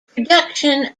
production